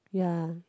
ya